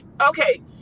Okay